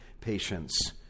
patience